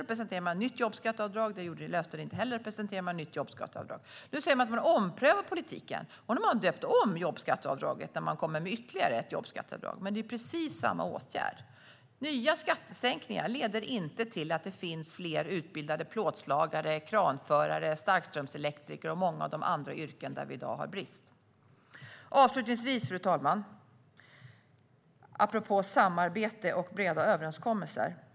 Då presenterade den ett nytt jobbskatteavdrag. Det löste inte heller arbetslösheten. Då presenterade den ett nytt jobbskatteavdrag. Nu säger man att man omprövar politiken. Nu har man döpt om jobbskatteavdraget när man kommer med ytterligare ett jobbskatteavdrag. Men det är precis samma åtgärd. Nya skattesänkningar leder inte till att det finns fler utbildade plåtslagare, kranförare, starkströmselektriker och många av de andra yrken där vi i dag har brist. Fru talman! Jag vill avslutningsvis säga följande apropå samarbete och breda överenskommelser.